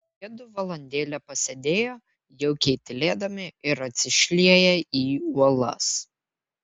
jiedu valandėlę pasėdėjo jaukiai tylėdami ir atsišlieję į uolas